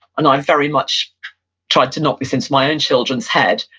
and i very much try to knock this into my own children's head,